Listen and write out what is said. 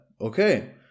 Okay